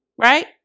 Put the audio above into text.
right